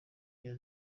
rya